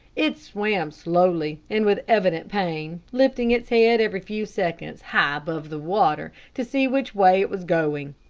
it swam slowly and with evident pain, lifting its head every few seconds high above the water, to see which way it was going.